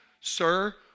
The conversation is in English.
Sir